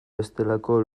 bestelako